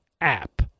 app